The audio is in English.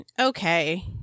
okay